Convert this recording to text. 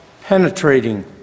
penetrating